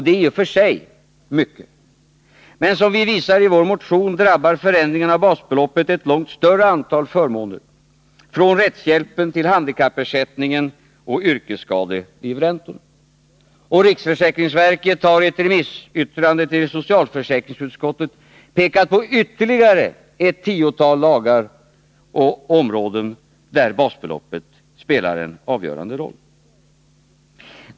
Det är i och för sig mycket, men som vi visar i vår motion drabbar förändringen av basbeloppet ett långt större antal förmåner, från rättshjälpen till handikappersättningen och yrkesskadelivräntorna. Riksförsäkringsverket har i ett remissyttrande till socialförsäkringsutskottet pekat på ytterligare ett tiotal områden där basbeloppet spelar en avgörande roll.